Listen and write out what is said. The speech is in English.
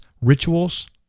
rituals